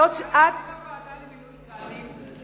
אגב, הוועדה למינוי קאדים?